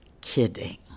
kidding